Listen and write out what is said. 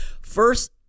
First